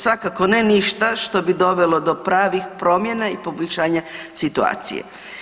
Svakako ne ništa što bi dovelo do pravih promjena i poboljšanja situacije.